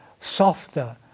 softer